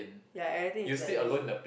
ya everything is like base on it